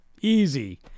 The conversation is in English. easy